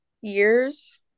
years